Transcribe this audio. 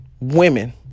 Women